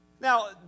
Now